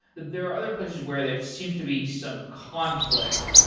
there are other places where there seems to be some conflict.